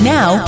Now